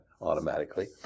automatically